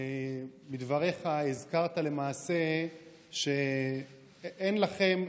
בדבריך הזכרת למעשה שאין לכם,